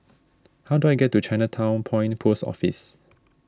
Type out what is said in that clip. how do I get to Chinatown Point Post Office